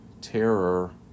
terror